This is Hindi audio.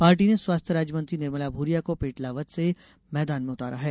पार्टी ने स्वास्थ्य राज्य मंत्री निर्मला भूरिया को पेटलाबाद से मैदान में उतारा है